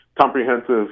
comprehensive